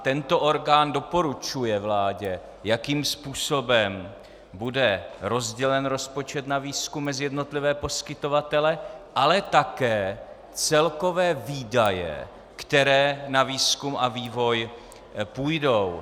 Tento orgán doporučuje vládě, jakým způsobem bude rozdělen rozpočet na výzkum mezi jednotlivé poskytovatele, ale také celkové výdaje, které na výzkum a vývoj půjdou.